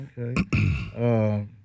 Okay